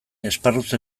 esparruz